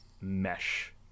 Mesh